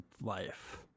life